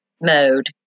mode